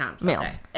Males